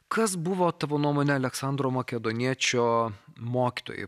kas buvo tavo nuomone aleksandro makedoniečio mokytojai